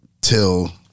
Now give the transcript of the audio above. till